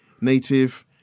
Native